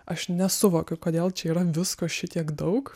aš nesuvokiu kodėl čia yra visko šitiek daug